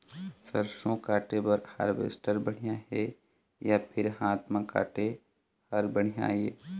सरसों काटे बर हारवेस्टर बढ़िया हे या फिर हाथ म काटे हर बढ़िया ये?